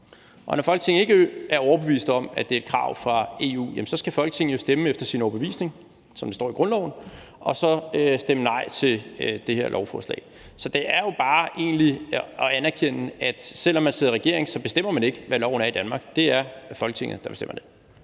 Og når Folketinget ikke er overbevist om, at det er et krav fra EU, skal Folketinget jo stemme efter sin overbevisning, som det står i grundloven, og så stemme nej til det her lovforslag. Så det er jo egentlig bare at anerkende, at selv om man sidder i regering, bestemmer man ikke, hvad loven er i Danmark; det er Folketinget, der bestemmer det.